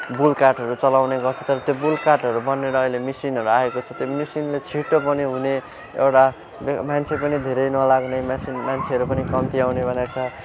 bull कार्टहरू चलाउने गर्थ्यो तर त्यो बुल कार्टहरू बनिएर अहिले मिसिनहरू आएको छ त्यो मिसिनले छिटो पनि हुने एउटा मान्छे पनि धेरै नलाग्ने मिसिनमा मान्छेहरू पनि कम्ती आउने भनेको छ